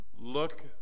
look